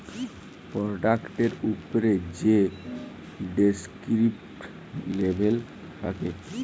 পরডাক্টের উপ্রে যে ডেসকিরিপ্টিভ লেবেল থ্যাকে